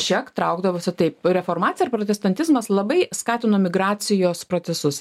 čia traukdavosi taip reformacija ir protestantizmas labai skatino migracijos procesus